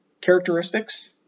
characteristics